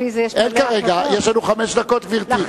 לפי זה יש, אין כרגע, יש לנו חמש דקות, גברתי.